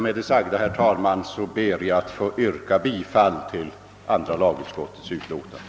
Med det sagda, herr talman, ber jag att få yrka bifall till utskottets hemställan.